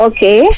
Okay